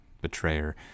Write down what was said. betrayer